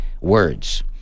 words